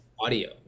Audio